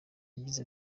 yagize